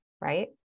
right